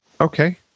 Okay